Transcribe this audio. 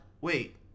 Wait